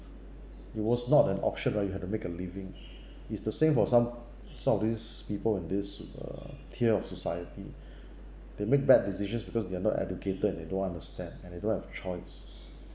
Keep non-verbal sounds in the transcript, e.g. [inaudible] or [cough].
it was not an option ah you have to make a living it's the same for some some of these people in this uh tier of society [breath] they make bad decisions because they are not educated they don't understand and they don't have choice